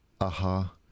AHA